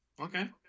Okay